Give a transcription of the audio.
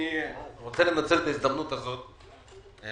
אני רוצה לנצל את ההזדמנות הזאת ולשאול